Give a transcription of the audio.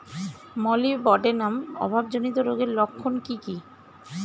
Molybdenum অভাবজনিত রোগের লক্ষণ কি কি?